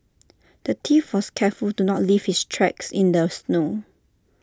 the thief was careful to not leave his tracks in the snow